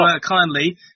kindly